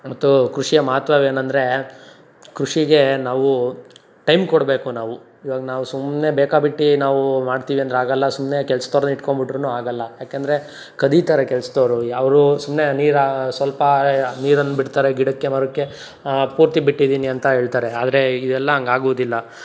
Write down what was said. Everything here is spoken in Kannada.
ಮತ್ತು ಕೃಷಿಯ ಮಹತ್ವವೇನಂದರೆ ಕೃಷಿಗೆ ನಾವು ಟೈಮ್ ಕೊಡಬೇಕು ನಾವು ಇವಾಗ ನಾವು ಸುಮ್ಮನೆ ಬೇಕಾಬಿಟ್ಟಿ ನಾವು ಮಾಡ್ತೀವಂದ್ರಾಗಲ್ಲ ಸುಮ್ಮನೆ ಕೆಲ್ಸದೌರ್ನಿಟ್ಕೊಂಡ್ಬಿಟ್ರು ಆಗಲ್ಲ ಯಾಕಂದರೆ ಕದಿತಾರೆ ಕೆಲ್ಸ್ದವ್ರು ಅವರು ಸುಮ್ಮನೆ ನೀರಾ ಸ್ವಲ್ಪ ನೀರನ್ನು ಬಿಡ್ತಾರೆ ಗಿಡಕ್ಕೆ ಮರಕ್ಕೆ ಪೂರ್ತಿ ಬಿಟ್ಟಿದ್ದೀನಿ ಅಂತ ಹೇಳ್ತಾರೆ ಆದರೆ ಇದೆಲ್ಲ ಹಂಗೆ ಆಗುವುದಿಲ್ಲ